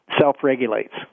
self-regulates